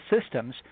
systems